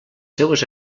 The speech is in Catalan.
seues